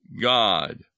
God